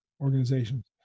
organizations